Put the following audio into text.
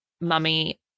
Mummy